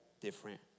different